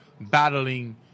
battling